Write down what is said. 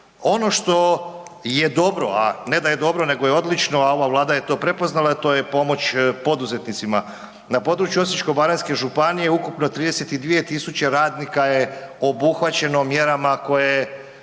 Ono što je dobro a ne da je dobro nego je odlično, a ova Vlada je to prepoznala, to je pomoć poduzetnicima. Na području Osječko-baranjske županije ukupno 32 000 radnika je obuhvaćeno mjerama koje